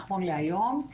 נכון להיום,